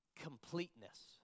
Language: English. completeness